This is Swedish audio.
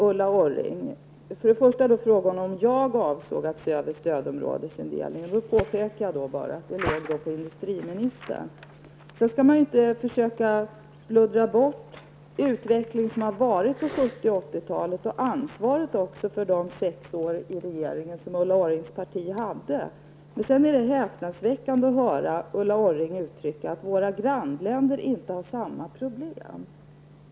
Ulla Orring frågade om jag avsåg att se över stödområdesindelningen. Då påpekade jag bara att ansvaret vilade på industriministern. Man skall inte heller försöka bluddra bort utvecklingen under 70 och 80-talen samt ansvaret för de sex år som Ulla Det är häpnadsväckande att höra Ulla Orring uttrycka att våra grannländer inte har samma problem.